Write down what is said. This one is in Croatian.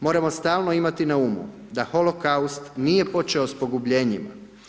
Moramo stalno imati na umu da holokaust nije počeo s pogubljenjima.